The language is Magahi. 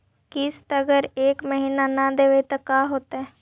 किस्त अगर एक महीना न देबै त का होतै?